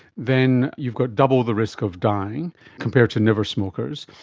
then you've got double the risk of dying compared to never-smokers.